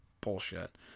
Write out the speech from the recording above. bullshit